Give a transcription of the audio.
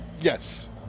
Yes